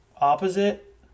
opposite